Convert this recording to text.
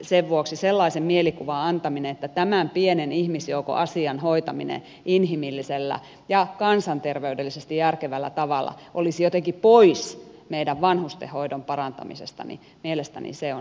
sen vuoksi sellaisen mielikuvan antaminen että tämän pienen ihmisjoukon asian hoitaminen inhimillisellä ja kansanterveydellisesti järkevällä tavalla olisi jotenkin pois meidän vanhustenhoidon parantamisesta on mielestäni harhaanjohtavaa tietoa